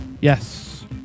Yes